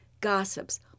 gossips